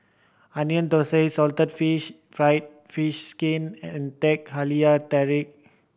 Onion Thosai salted fish fried fish skin and Teh Halia Tarik